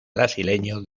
brasileño